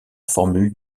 formule